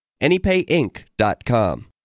AnyPayInc.com